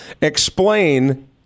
explain